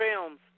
films